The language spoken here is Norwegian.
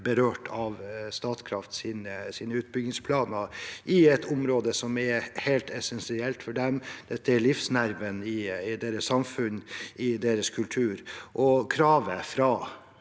berørt av Statkrafts utbyggingsplaner i et område som er helt essensielt for dem. Dette er livsnerven i deres samfunn og kultur. Kravet fra